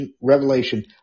revelation